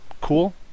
cool